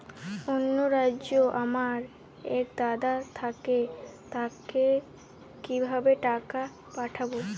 অন্য রাজ্যে আমার এক দাদা থাকে তাকে কিভাবে টাকা পাঠাবো?